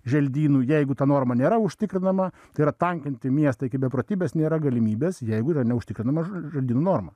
želdynų jeigu ta norma nėra užtikrinama tai yra tankinti miestą iki beprotybės nėra galimybės jeigu yra neužtikrinama ž ž želdynų norma